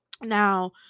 now